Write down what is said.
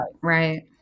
Right